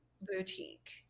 boutique